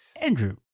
Andrew